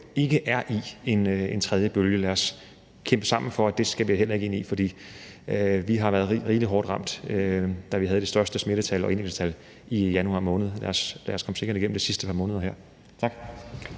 ikke er i en tredje bølge, og lad os sammen kæmpe for, at vi heller ikke skal ind i det. For vi har været rigelig hårdt ramt, da vi havde de største smittetal og indlæggelsestal i januar måned, og lad os komme sikkert igennem de sidste par måneder her. Tak.